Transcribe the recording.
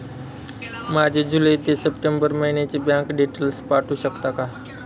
माझे जुलै ते सप्टेंबर महिन्याचे बँक डिटेल्स पाठवू शकता का?